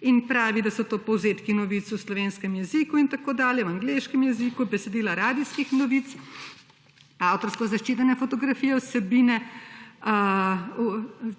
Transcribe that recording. in pravi, da so to povzetki novic v slovenskem jeziku in tako dalje, v angleškem jeziku, besedila radijskih novic, avtorsko zaščitene fotografije, vsebine,